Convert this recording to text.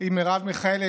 עם מרב מיכאלי.